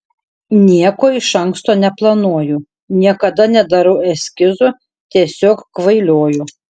nieko iš anksto neplanuoju niekada nedarau eskizų tiesiog kvailioju